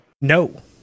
No